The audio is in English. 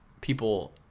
people